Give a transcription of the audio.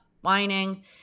whining